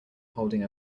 holding